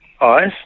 eyes